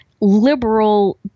liberal